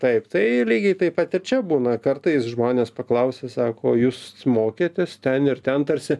taip tai lygiai taip pat ir čia būna kartais žmonės paklausi sako jūs mokėtės ten ir ten tarsi